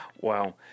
Wow